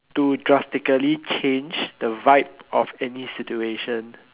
to drastically change the vibe of any situation